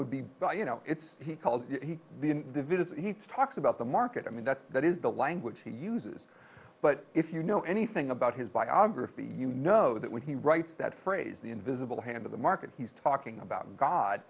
would be you know he calls the visit he talks about the market i mean that's that is the language he uses but if you know anything about his biography you know that when he writes that phrase the invisible hand of the market he's talking about god